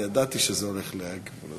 אני ידעתי שזה הולך להגיע.